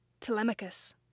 Telemachus